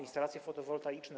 Instalacje fotowoltaiczne.